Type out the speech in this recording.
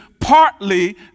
partly